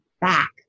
back